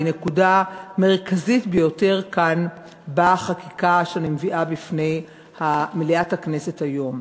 והיא נקודה מרכזית ביותר כאן בחקיקה שאני מביאה בפני מליאת הכנסת היום.